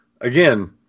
again